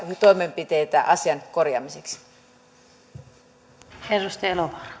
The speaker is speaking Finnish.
toimenpiteitä asian korjaamiseksi